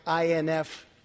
INF